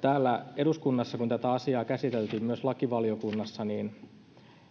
täällä eduskunnassa kun tätä asiaa käsiteltiin myös lakivaliokunnassa